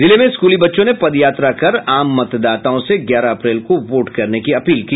जिले में स्कूली बच्चों ने पदयात्रा कर आम मतदाताओं से ग्यारह अप्रैल को वोट करने की अपील की